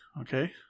okay